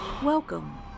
Welcome